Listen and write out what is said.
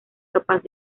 capaz